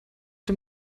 dem